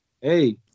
hey